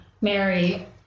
Mary